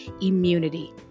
immunity